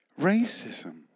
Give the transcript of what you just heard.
Racism